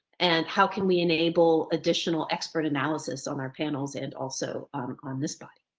and how can we enable additional expert analysis on our panels? and also on um this. but